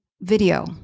Video